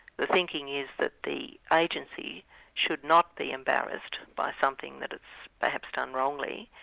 the thinking is that the agency should not be embarrassed by something that it's perhaps done wrongly,